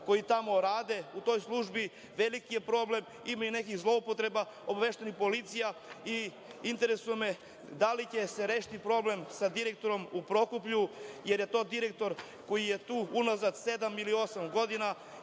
koji tamo rade u toj službi, veliki je problem i ima i nekih zloupotreba, a obaveštena je i policija. Interesuje me da li će se rešiti problem sa direktorom u Prokuplju, jer je to direktor koji je tu unazad sedam ili osam godina